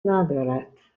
ندارد